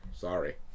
Sorry